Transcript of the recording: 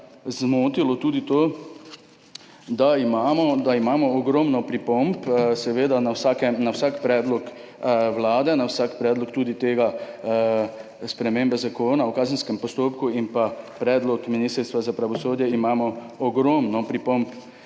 zmotilo tudi to, da imamo ogromno pripomb na vsak predlog Vlade. Na vsak predlog. Tudi na tega, spremembe Zakona o kazenskem postopku in predlog Ministrstva za pravosodje, imamo ogromno pripomb,